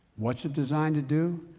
what's it designed to do?